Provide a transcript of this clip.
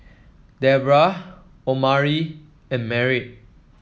Deborrah Omari and Merritt